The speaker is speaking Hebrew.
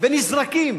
ונזרקים